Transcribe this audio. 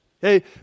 Hey